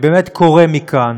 אני באמת קורא מכאן